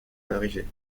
arrivée